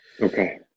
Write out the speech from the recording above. Okay